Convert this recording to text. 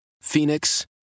Phoenix